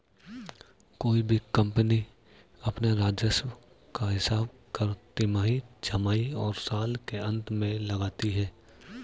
कोई भी कम्पनी अपने राजस्व का हिसाब हर तिमाही, छमाही और साल के अंत में लगाती है